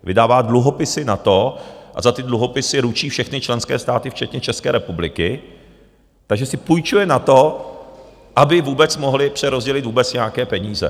Vydává dluhopisy na to a za ty dluhopisy ručí všechny členské státy, včetně České republiky, takže si půjčuje na to, aby vůbec mohli přerozdělit nějaké peníze.